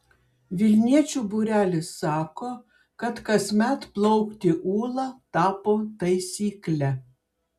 vilniečių būrelis sako kad kasmet plaukti ūla tapo taisykle